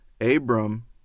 Abram